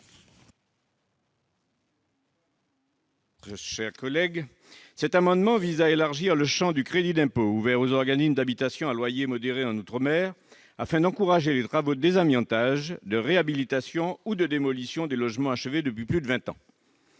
Michel Magras. Cet amendement vise à élargir le champ du crédit d'impôt ouvert aux organismes d'habitation à loyer modéré en outre-mer, afin d'encourager la réalisation des travaux de désamiantage, de réhabilitation ou de démolition des logements achevés depuis plus de vingt ans.